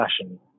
fashion